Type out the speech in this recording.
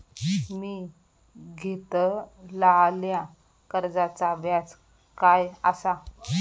मी घेतलाल्या कर्जाचा व्याज काय आसा?